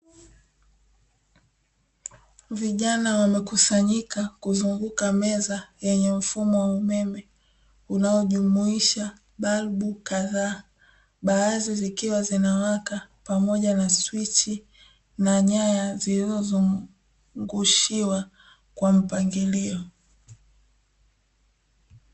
Vijana wamekusanyika kuzunguka meza yenye mfumo wa umeme unaojumuisha balbu kadhaa baadhi zikiwa zinawaka pamoja na swichi na nyaya zilizozungushiwa kwa mpangilio.